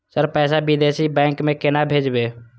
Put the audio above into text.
Sir पैसा विदेशी bank में केना भेजबे?